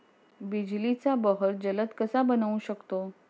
बिजलीचा बहर जलद कसा बनवू शकतो?